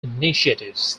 initiatives